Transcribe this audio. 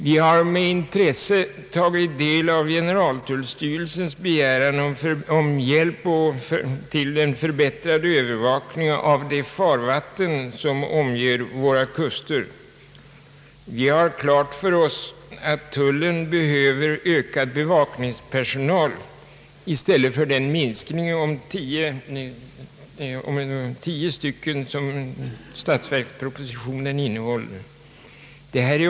Vi har med intresse tagit del av generaltullstyrelsens begäran om hjälp till en förbättrad övervakning av de farvatten som omger våra kuster. Det är alldeles klart att tullen behöver ökad bevakningspersonal i stället för den minskning med tio tjänster som statsverkspropositionen innehåller.